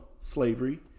slavery